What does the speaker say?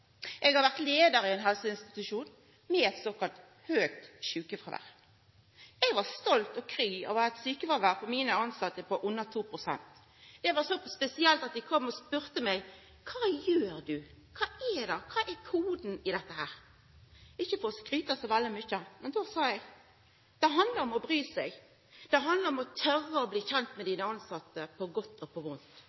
Eg har vore leiar i ein helseinstitusjon med såkalla høgt sjukefråvær. Eg var stolt og kry over at sjukefråværet for mine tilsette var på under 2 pst. Det var så spesielt at dei kom og spurde meg: Kva gjer du? Kva er det? Kva er koden? Ikkje for å skryta så veldig mykje, men då sa eg at det handlar om å bry seg. Det handlar om å tora å bli kjend med dine tilsette på godt og på vondt